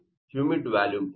humid volume ಎಷ್ಟು